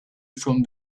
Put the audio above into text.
from